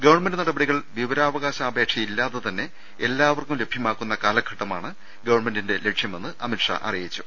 government നടപടികൾ വിവ രാവകാശ അപേക്ഷ ഇല്ലാതെതന്നെ എല്ലാവർക്കും ലഭ്യമാക്കുന്ന കാലഘട്ട മാണ് ഗവൺമെന്റിന്റെ ലക്ഷ്യമെന്ന് അമിത് ഷാ അറിയിച്ചു